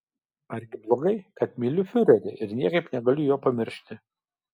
argi blogai kad myliu fiurerį ir niekaip negaliu jo pamiršti